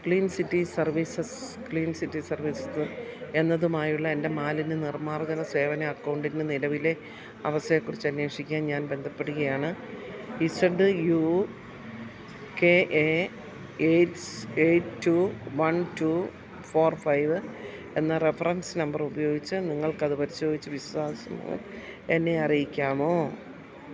clean city services clean city services എന്നതുമായുള്ള എൻ്റെ മാലിന്യ നിർമാർജന സേവന അക്കൗണ്ടിൻ്റെ നിലവിലെ അവസ്ഥയെക്കുറിച്ച് അന്വേഷിക്കാൻ ഞാൻ ബന്ധപ്പെടുകയാണ് Z U K A eights eight one two four five എന്ന റഫറൻസ് നമ്പർ ഉപയോഗിച്ച് നിങ്ങൾക്കത് പരിശോധിച്ച് വിശദാംശങ്ങൾ എന്നെ അറിയിക്കാമോ